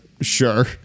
Sure